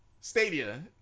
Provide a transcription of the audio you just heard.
stadia